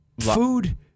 food